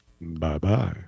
bye-bye